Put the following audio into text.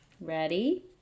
ready